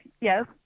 yes